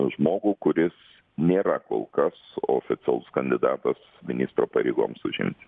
žmogų kuris nėra kol kas oficialus kandidatas ministro pareigoms užimti